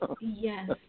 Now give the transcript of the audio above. Yes